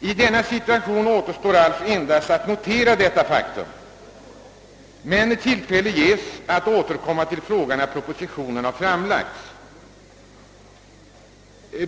I denna situation återstår alltså endast att notera detta faktum. Men tillfälle ges sålunda att återkomma till frågan när propositionen framlagts.